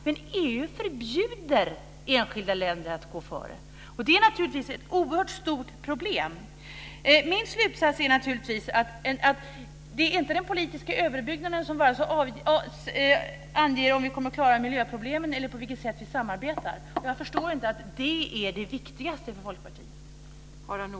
Men EU förbjuder enskilda länder att gå före. Detta är naturligtvis ett oerhört stort problem. Min slutsats är att det inte är den politiska överbyggnaden som anger om vi kommer att klara miljöproblemen eller på vilket sätt vi samarbetar. Jag förstår inte att det är det viktigaste för Folkpartiet.